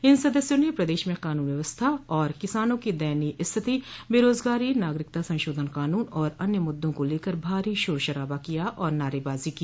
इन सदस्यों ने प्रदेश में क़ानून व्यवस्था और किसानों की दयनीय स्थिति बेरोजगारी नागरिकता संशोधन क़ानून और अन्य मुद्दों को लेकर भारी शोर शराबा किया और नारेबाजी की